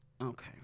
Okay